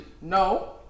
No